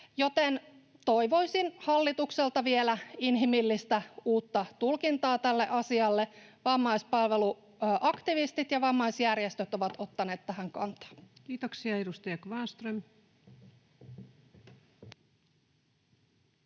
joten toivoisin hallitukselta vielä inhimillistä, uutta tulkintaa tälle asialle. Vammaispalveluaktivistit ja vammaisjärjestöt ovat ottaneet tähän kantaa. [Speech 314] Speaker: